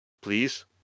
Please